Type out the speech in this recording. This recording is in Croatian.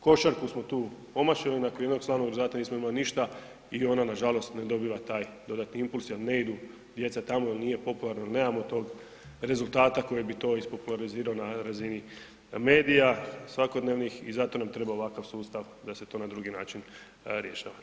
Košarku smo tu omašili nakon jednog slavnog rezultat nismo imali ništa i ona nažalost ne dobiva taj dodatni impuls jer ne idu djeca tamo jer nije popularno, nemamo tog rezultata koji bi to ispopularizirao na razini medija svakodnevnih i zato nam treba ovakav sustav da se to na drugi način rješava.